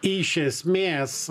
iš esmės